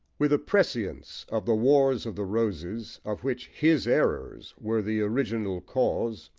with a prescience of the wars of the roses, of which his errors were the original cause,